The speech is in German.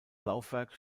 laufwerk